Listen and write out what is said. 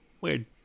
weird